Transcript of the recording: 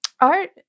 Art